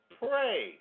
pray